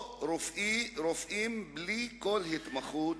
או רופאים בלי כל התמחות,